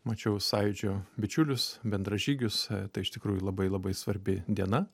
mačiau sąjūdžio bičiulius bendražygius tai iš tikrųjų labai labai svarbi diena